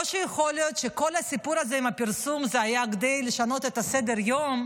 או שיכול להיות שכל הסיפור הזה עם הפרסום היה כדי לשנות את סדר-היום,